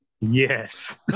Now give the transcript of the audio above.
Yes